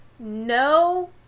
no